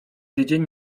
tydzień